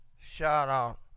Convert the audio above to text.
shout-out